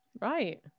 right